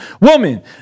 woman